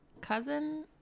cousin